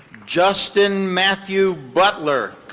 justin matthew butler.